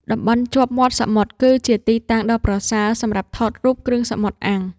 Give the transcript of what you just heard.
តំបន់ជាប់មាត់សមុទ្រ គឺជាទីតាំងដ៏ប្រសើរសម្រាប់ថតរូបគ្រឿងសមុទ្រអាំង។